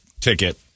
ticket